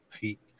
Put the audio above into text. peak